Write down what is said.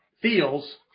feels